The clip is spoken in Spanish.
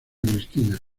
cristina